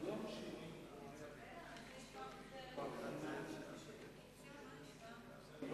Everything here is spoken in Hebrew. י"ח באייר